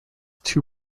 two